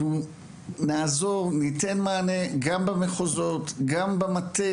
אנחנו נעזור, ניתן מענה במחוזות ובמטה.